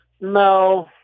No